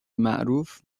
معروف